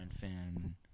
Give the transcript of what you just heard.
fan